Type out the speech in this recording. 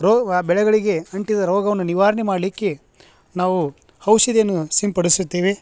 ರೋಗ ಆ ಬೆಳೆಗಳಿಗೆ ಅಂಟಿದ ರೋಗವನ್ನು ನಿವಾರಣೆ ಮಾಡಲಿಕ್ಕೆ ನಾವು ಔಷಧಿಯನು ಸಿಂಪಡಿಸುತ್ತೇವೆ